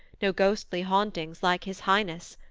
no ghostly hauntings like his highness.